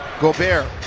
gobert